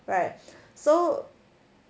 right so